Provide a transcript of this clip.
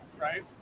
right